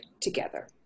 together